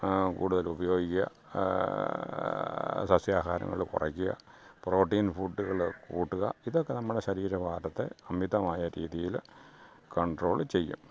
കൂടുതൽ ഉപയോഗിക്കുക സസ്യാഹാരങ്ങൾ കുറക്കുക പ്രോട്ടീൻ ഫുഡ്ഡ്കൾ കൂട്ടുക ഇതൊക്കെ നമ്മുടെ ശരീരഭാരത്തെ അമിതമായ രീതിയിൽ കണ്ട്രോള് ചെയ്യും